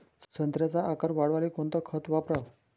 संत्र्याचा आकार वाढवाले कोणतं खत वापराव?